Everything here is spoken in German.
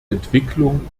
entwicklung